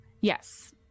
Yes